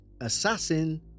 assassin